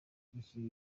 imishinga